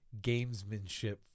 gamesmanship